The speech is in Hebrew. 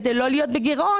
כדי לא להיות בגירעון,